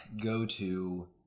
go-to